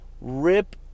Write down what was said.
rip